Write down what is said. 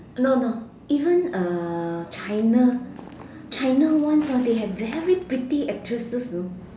no no even uh China China ones hor they have very pretty actresses you know